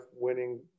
winning